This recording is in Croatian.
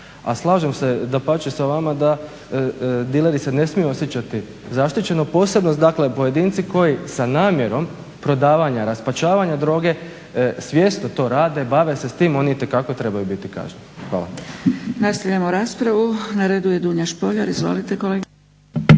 A slažem se dapače sa vama da dileri se ne smiju osjećati zaštićeno, posebno dakle pojedinci koji sa namjerom prodavanja, raspačavanja droge svjesno to rade, bave se s tim, oni itekako trebaju biti kažnjeni. Hvala.